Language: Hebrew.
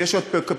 ויש עוד פעולות.